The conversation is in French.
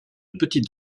petite